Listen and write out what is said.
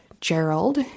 gerald